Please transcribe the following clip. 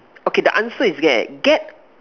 okay the answer is get get